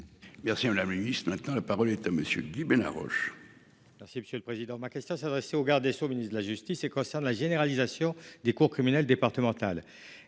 Merci la ministre maintenant, la parole est à monsieur Guy Bénard Roche. Merci monsieur le président, ma question s'adresser au Garde des Sceaux, ministre de la justice et concerne la généralisation des cours criminelles départementales,